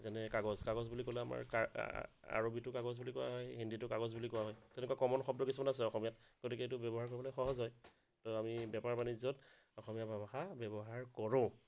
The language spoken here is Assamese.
যেনে কাগজ কাগজ বুলি ক'লে আমাৰ আৰৱীটো কাগজ বুলি কোৱা হয় হিন্দীতো কাগজ বুলি কোৱা হয় তেনেকুৱা কমন শব্দ কিছুমান আছে অসমীয়াত গতিকে এইটো ব্যৱহাৰ কৰিবলৈ সহজ হয় ত' আমি বেপাৰ বাণিজ্যত অসমীয়া ভাষা ব্যৱহাৰ কৰোঁ